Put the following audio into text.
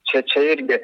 čia čia irgi